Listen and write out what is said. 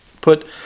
put